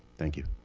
thank you.